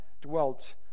dwelt